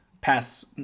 pass